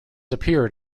appeared